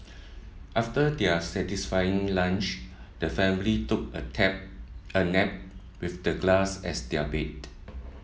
after their satisfying lunch the family took a tap a nap with the grass as their bed